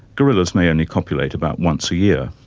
gorillas may only copulate about once a year,